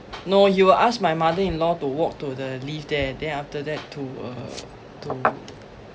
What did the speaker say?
no he will ask my mother-in-law to walk to the lift there then after that to uh to